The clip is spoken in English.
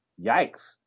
Yikes